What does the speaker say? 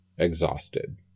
Exhausted